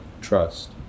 trust